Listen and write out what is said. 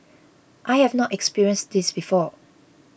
I have not experienced this before